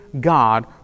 God